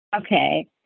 Okay